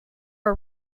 are